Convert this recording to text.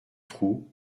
trou